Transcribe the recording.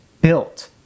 built